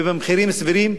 ובמחירים סבירים,